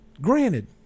granted